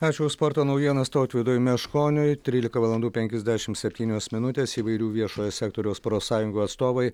ačiū už sporto naujienas tautvydui meškoniui trylika valandų penkiasdešimt septynios minutės įvairių viešojo sektoriaus profsąjungų atstovai